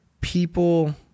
people